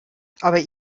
aber